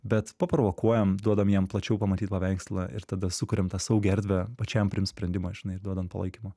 bet paprovokuojam duodam jiem plačiau pamatyt paveikslą ir tada sukuriam tą saugią erdvę pačiam priimt sprendimą žinai ir duodam palaikymo